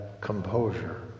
composure